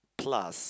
plus